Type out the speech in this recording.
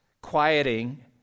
quieting